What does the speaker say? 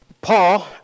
Paul